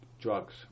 drugs